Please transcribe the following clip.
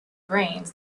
brains